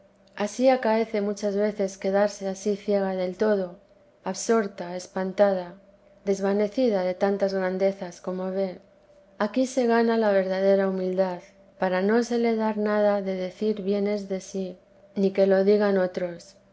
esta palomita ansí acaece muchas veces quedarse ansí ciega del todo absorta espantada desvanecida de tantas grandezas como ve aquí se gana la verdadera humildad para no se le dar vida be la santa madre nada de decir bienes de sí ni que lo digan otros